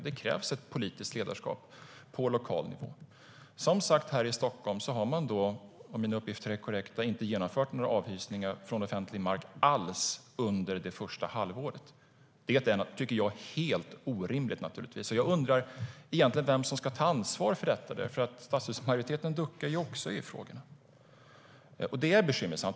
Det krävs ett politiskt ledarskap på lokal nivå. Här i Stockholm har man, om mina uppgifter är korrekta, inte genomfört några avhysningar från offentlig mark alls under det första halvåret. Det tycker jag är helt orimligt. Jag undrar vem som ska ta ansvar för detta. Stadshusmajoriteten duckar också i de här frågorna. Det är bekymmersamt.